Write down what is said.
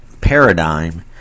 paradigm